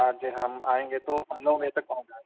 جی ہم آئیں گے تو ہم نو بجے تک پہنچ جائیں گے